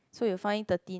so you find thirteen